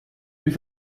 plus